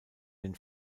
den